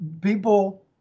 people